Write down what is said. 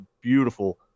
beautiful –